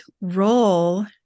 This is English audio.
role